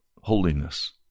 holiness